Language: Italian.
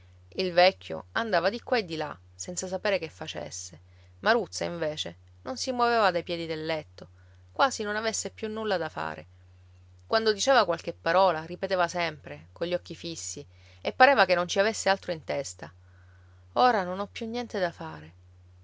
il vecchio andava di qua e di là senza sapere che facesse maruzza invece non si muoveva dai piedi del letto quasi non avesse più nulla da fare quando diceva qualche parola ripeteva sempre cogli occhi fissi e pareva che non ci avesse altro in testa ora non ho più niente da fare